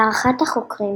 להערכת החוקרים,